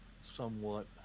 somewhat